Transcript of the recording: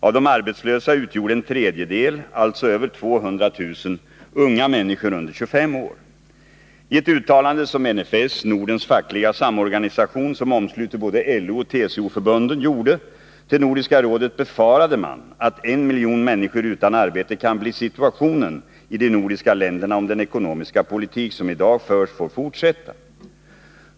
Av de arbetslösa var en tredjedel, alltså över 200 000, unga människor, under 25 år. Tett uttalande som NFS, Nordens fackliga samorganisation, som omsluter både LO och TCO-förbunden, gjorde till Nordiska rådet befarade man att 1 miljon människor utan arbete kan bli situationen i de nordiska länderna, om den ekonomiska politik som i dag förs får fortsätta.